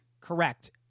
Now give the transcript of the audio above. correct